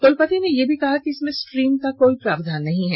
कुलपति ने यह भी कहा कि इसमें स्ट्रीम का कोई प्रावधान नहीं है